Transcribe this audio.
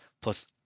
plus